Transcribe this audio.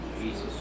Jesus